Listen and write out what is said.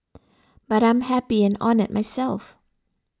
but I'm happy and honoured myself